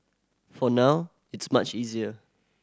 for now it's much easier